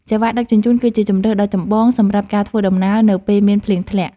សេវាដឹកជញ្ជូន គឺជាជម្រើសដ៏ចម្បងសម្រាប់ការធ្វើដំណើរនៅពេលមានភ្លៀងធ្លាក់។